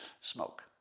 smoke